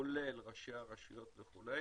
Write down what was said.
כולל ראשי הרשויות וכו',